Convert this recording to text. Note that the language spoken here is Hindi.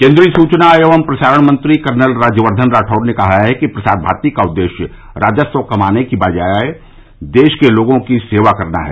केन्द्रीय सुचना एवं प्रसारण मंत्री कर्नल राज्यवर्द्वन राठौड़ ने कहा है कि प्रसार भारती का उद्देश्य राजस्व कमाने की बजाय देश के लोगों की सेवा करना है